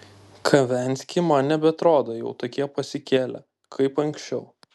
kavenski man nebeatrodo jau tokie pasikėlę kaip anksčiau